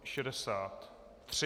63.